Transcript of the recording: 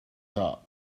top